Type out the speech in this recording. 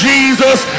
Jesus